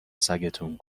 سگتون